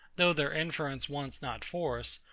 though their inference wants not force,